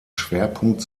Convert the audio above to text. schwerpunkt